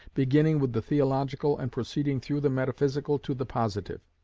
beginning with the theological, and proceeding through the metaphysical to the positive